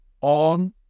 on